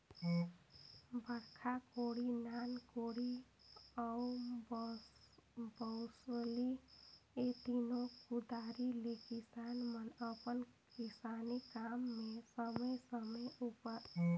बड़खा कोड़ी, नान कोड़ी अउ बउसली ए तीनो कुदारी ले किसान मन अपन किसानी काम मे समे समे उपर